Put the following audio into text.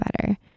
better